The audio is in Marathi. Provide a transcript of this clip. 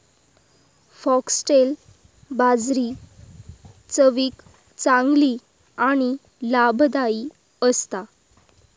फॉक्स्टेल बाजरी चवीक चांगली आणि लाभदायी असता